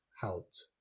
helped